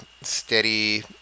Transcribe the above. steady